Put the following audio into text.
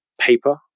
paper